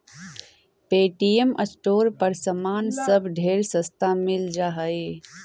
Paytm store पर समान सब ढेर सस्ता मिल जा हई